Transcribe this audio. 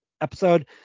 episode